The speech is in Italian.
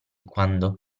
quando